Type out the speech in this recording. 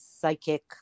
psychic